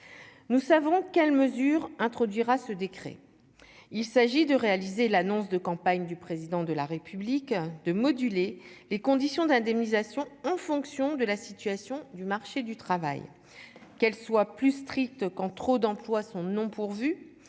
nous savons quelles mesures introduira ce décret, il s'agit de réaliser l'annonce de campagne du président de la République de moduler les conditions d'indemnisation en fonction de la situation du marché du travail, qu'elle soit plus stricte quand trop d'emplois sont non pourvus